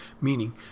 Meaning